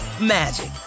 magic